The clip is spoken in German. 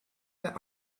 der